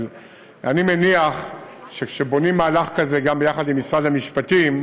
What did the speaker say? אבל אני מניח שכשבונים מהלך כזה גם יחד עם משרד המשפטים,